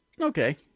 okay